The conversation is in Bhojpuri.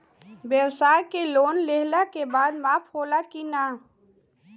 ब्यवसाय के लोन लेहला के बाद माफ़ होला की ना?